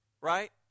right